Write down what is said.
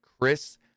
Chris